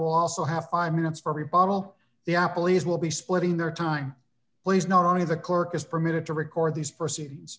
also have five minutes for rebuttal the apple e's will be splitting their time please not only the clerk is permitted to record these proceedings